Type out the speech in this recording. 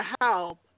help